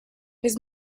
his